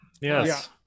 Yes